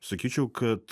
sakyčiau kad